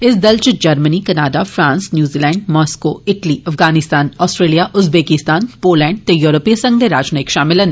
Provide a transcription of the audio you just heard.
इस दल च Germany Canada France New Zealand Mexico Italy Afghanistan Australia Uzbekistan Poland ते युरेपी संघ दे राजनैयक शामल न